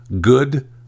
Good